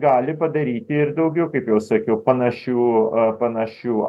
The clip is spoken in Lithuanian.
gali padaryti ir daugiau kaip jau sakiau panašių panašių